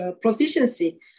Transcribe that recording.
proficiency